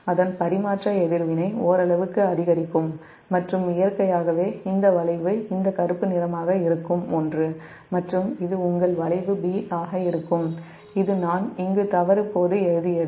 அதன் பரிமாற்ற எதிர்வினை ஓரளவுக்கு அதிகரிக்கும் மற்றும் இயற்கையாகவே இந்த வளைவு இந்த கருப்பு நிறமாக இருக்கும் ஒன்று மற்றும் இது உங்கள் வளைவு B ஆக இருக்கும் இது நான் இங்கு தவறு போது எழுதியது